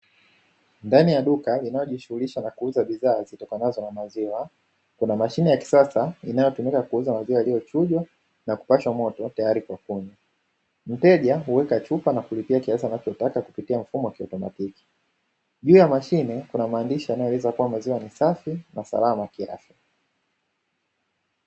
Ndani ya duka linalo jishughulisha na kuuza bidhaa zitokanazo na maziwa, kunamashine ya kisasa inayotumika kuuza maziwa yaliyo chunjwa na kupashwa moto tayari kwa kunywa. Mteja huweka chupa na kulipia kiasi anachotaka kupitia mfumo wa kiotomatiki. Juu ya mashine kuna maandishi yanayo eleza kuwa maziwa ni masafi na salama kiafya.